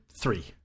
three